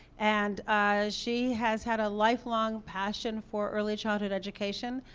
and she has had a lifelong passion for early childhood education,